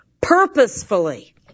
purposefully